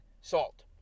salt